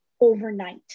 overnight